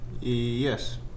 Yes